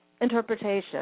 interpretation